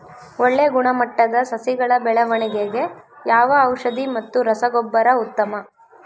ಒಳ್ಳೆ ಗುಣಮಟ್ಟದ ಸಸಿಗಳ ಬೆಳವಣೆಗೆಗೆ ಯಾವ ಔಷಧಿ ಮತ್ತು ರಸಗೊಬ್ಬರ ಉತ್ತಮ?